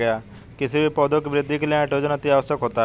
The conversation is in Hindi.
किसी भी पौधे की वृद्धि के लिए नाइट्रोजन अति आवश्यक होता है